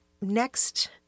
next